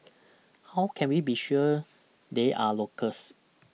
how can we be sure they are locals